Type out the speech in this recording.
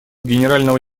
генерального